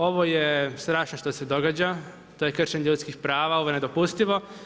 Ovo je strašno što se događa, to je kršenje ljudskih prava, ovo je nedopustivo.